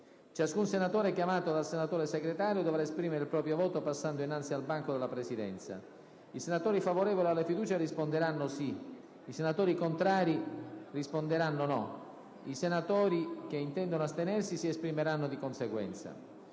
Ciascun senatore chiamato dal senatore Segretario dovrà esprimere il proprio voto passando innanzi al banco della Presidenza. I senatori favorevoli alla fiducia risponderanno sì; i senatori contrari risponderanno no; i senatori che intendono astenersi si esprimeranno di conseguenza.